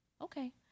okay